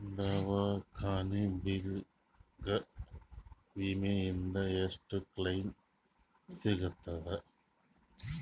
ದವಾಖಾನಿ ಬಿಲ್ ಗ ವಿಮಾ ದಿಂದ ಎಷ್ಟು ಕ್ಲೈಮ್ ಸಿಗತದ?